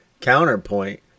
counterpoint